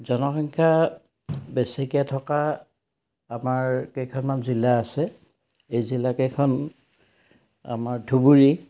জনসংখ্যা বেছিকৈ থকা আমাৰ কেইখনমান জিলা আছে এই জিলাকেইখন আমাৰ ধুবুৰী